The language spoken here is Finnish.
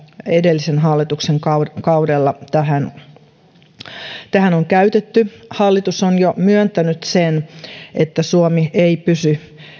edellisen hallituksen kaudella kaudella tähän on käytetty hallitus on jo myöntänyt sen että suomi ei pysy